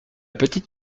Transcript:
petite